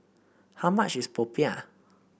how much is Popiah